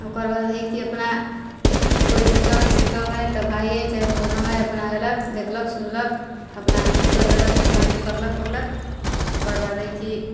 ओकरबाद है की अपना कोइ दिक्कत है सिक्कत है तऽ भाय है चाहे कोनो है अपना आएलक देखलक सुनलक अपना चलि गेलक अपना अथी करलक उरलक ओकरबाद है की